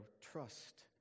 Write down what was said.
trust